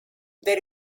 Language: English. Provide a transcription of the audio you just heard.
there